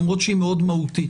למרות שהיא מאוד מהותית.